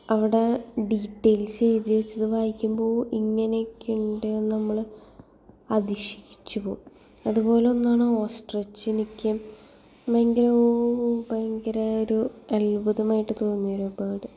അവിടെ ഡീറ്റെയിൽസ് എഴുതി വെച്ചത് വായിക്കുമ്പോൾ ഇങ്ങനക്കെ ഉണ്ടെന്ന് നമ്മൾ അതിശയിച്ച് പോകും അതുപോലെ ഒന്നാണ് ഓസ്ട്രിച്ചിനെയൊക്കെ ഭയങ്കരമൊരു ഓ ഭയങ്കരമൊരു അത്ഭുതമായിട്ട് തോന്നിയ ഒരു ബേഡ്